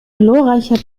gloreicher